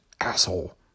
asshole